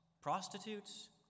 prostitutes